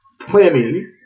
plenty